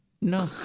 No